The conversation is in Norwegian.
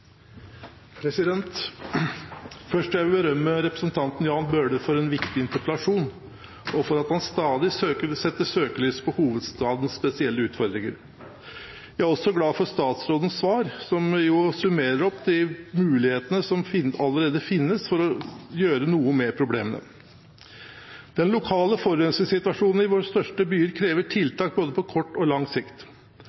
Først vil jeg berømme representanten Jan Bøhler for en viktig interpellasjon, og for at han stadig setter søkelys på hovedstadens spesielle utfordringer. Jeg er også glad for statsrådens svar, som jo summerer opp de mulighetene som allerede finnes for å gjøre noe med problemene. Den lokale forurensingssituasjonen i våre største byer krever